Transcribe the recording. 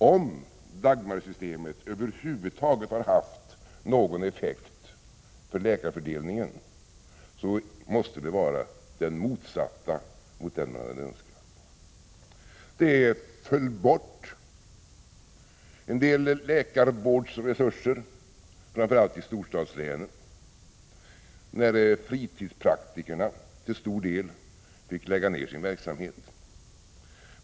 Om Dagmarsystemet över huvud taget har haft någon effekt för läkarfördelningen måste den effekten vara den motsatta mot den man hade önskat. En del läkarvårdsresurser bortföll, framför allt i storstadslänen, när fritidspraktikerna till stor del fick lägga ned sin verksamhet.